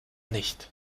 nicht